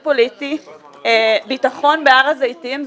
למה צריך העביר בדיל פוליטי ביטחון בהר הזיתים?